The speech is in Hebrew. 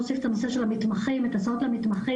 את הנושא של עשרות המתמחים,